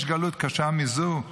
יש גלות קשה מזו?